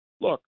look